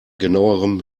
genauerem